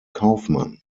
kaufmann